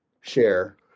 share